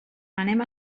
anem